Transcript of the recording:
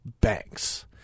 banks